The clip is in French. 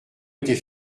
était